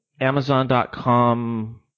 Amazon.com